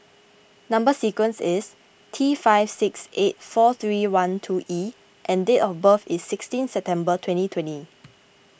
Number Sequence is T five six eight four three one two E and date of birth is sixteen September twenty twenty